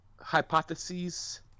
hypotheses